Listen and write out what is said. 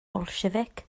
bolsiefic